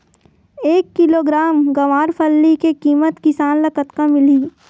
एक किलोग्राम गवारफली के किमत किसान ल कतका मिलही?